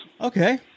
Okay